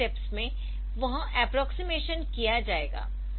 क्रमिक स्टेप्स में वह अप्प्रोक्सीमेशन किया जाएगा